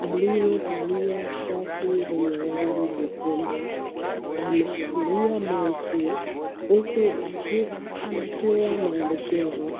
akiwa alievalia shati lenye rangi jekundu, ameshikilia maiki huku akiwa anatoa maelekezo.